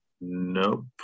nope